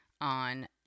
on